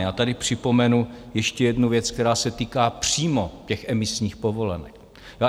Já tady připomenu ještě jednu věc, která se týká přímo těch emisních povolenek.